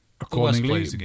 accordingly